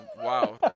wow